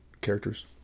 characters